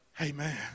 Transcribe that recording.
Amen